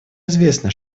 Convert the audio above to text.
известно